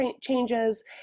changes